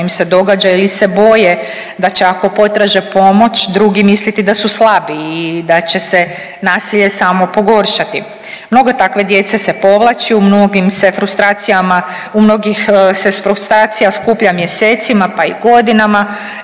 im se događa ili se boje da će ako potraže pomoć drugi misliti da su slabiji i da će se nasilje samo pogoršati. Mnogo takve djece se povlači u mnogih se frustracija skuplja mjesecima, pa i godinama,